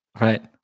Right